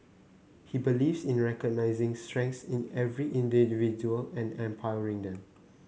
he believes in recognising strengths in every individual and empowering them